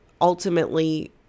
ultimately